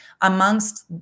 amongst